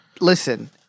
Listen